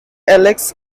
alex